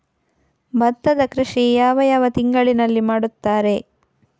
ಭತ್ತದ ಕೃಷಿ ಯಾವ ಯಾವ ತಿಂಗಳಿನಲ್ಲಿ ಮಾಡುತ್ತಾರೆ?